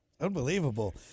Unbelievable